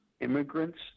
immigrants